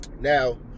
Now